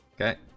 Okay